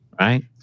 Right